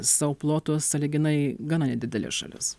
savo plotu sąlyginai gana nedidelė šalis